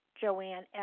Joanne